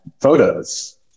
photos